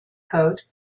code